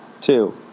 Two